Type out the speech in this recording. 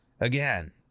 Again